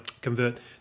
convert